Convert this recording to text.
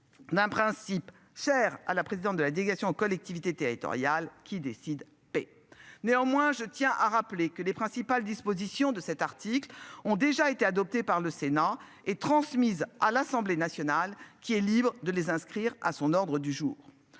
D'un principe cher à la présidente de la délégation aux collectivités territoriales qui décide. P. Néanmoins je tiens à rappeler que les principales dispositions de cet article ont déjà été adopté par le Sénat et transmise à l'Assemblée nationale qui est libre de les inscrire à son ordre du jour.